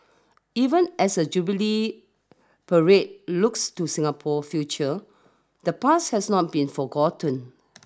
even as the Jubilee parade looks to Singapore future the past has not been forgotten